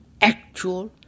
actual